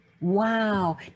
wow